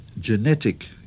genetic